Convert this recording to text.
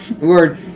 word